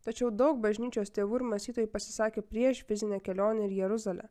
tačiau daug bažnyčios tėvų ir mąstytojai pasisakė prieš fizinę kelionę ir jeruzalę